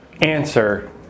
answer